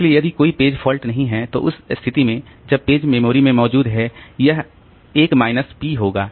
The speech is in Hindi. इसलिए यदि कोई पेज फॉल्ट नहीं है तो उस स्थिति में जब पेज मेमोरी में मौजूद है यह 1 माइनस p होगा